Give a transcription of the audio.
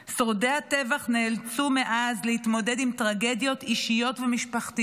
שורדי הטבח נאלצו מאז להתמודד עם טרגדיות אישיות ומשפחתיות,